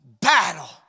battle